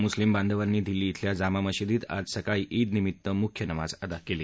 मुस्लीम बांधवांनी दिल्ली इथल्या जामा मशिदीत आज सकाळी ईदनिमीत्त मुख्य नमाज अदा कली